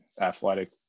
athletic